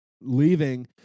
leaving